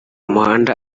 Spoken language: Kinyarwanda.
muhanda